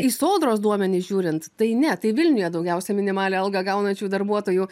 į sodros duomenis žiūrint tai ne tai vilniuje daugiausia minimalią algą gaunančių darbuotojų